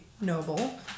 noble